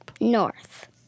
North